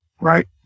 right